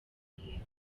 bihuriyeho